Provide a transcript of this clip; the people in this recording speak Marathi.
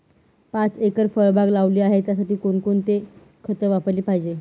पाच एकर फळबाग लावली आहे, त्यासाठी कोणकोणती खते वापरली पाहिजे?